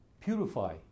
purify